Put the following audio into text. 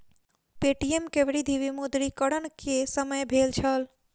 Paytm के वृद्धि विमुद्रीकरण के समय भेल छल